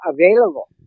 available